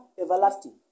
everlasting